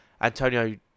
Antonio